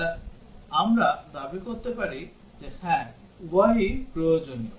তাহলে আমরা দাবি করতে পারি যে হ্যাঁ উভয়ই প্রয়োজনীয়